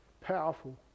powerful